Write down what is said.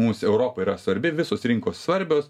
mums europa yra svarbi visos rinkos svarbios